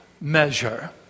Measure